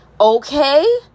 Okay